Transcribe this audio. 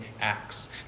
acts